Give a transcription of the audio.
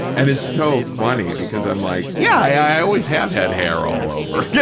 and it's so funny because i'm like, yeah, i always have had hair all over. yeah